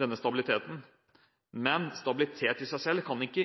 denne stabiliteten er veldig viktig. Men stabilitet i seg selv kan ikke